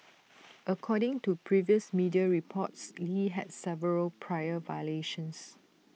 according to previous media reports lee had several prior violations